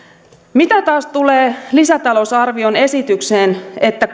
mitä taas tulee lisätalousarvion esitykseen että